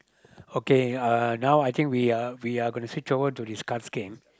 okay uh now I think we are we are gonna switch over to this cards game